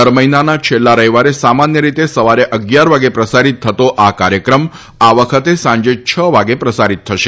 દર મહિનાના છેલ્લા રવિવારે સામાન્ય રીતે સવારે અગીયાર વાગે પ્રસારિત થતો આ કાર્યક્રમ આ વખતે સાંજે છ વાગે પ્રસારિત થશે